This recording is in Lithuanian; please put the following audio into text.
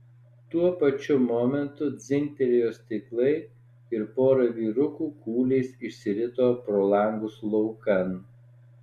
tuo pačiu momentu dzingtelėjo stiklai ir pora vyrukų kūliais išsirito pro langus laukan